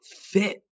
fit